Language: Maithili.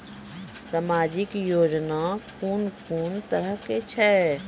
समाजिक योजना कून कून तरहक छै?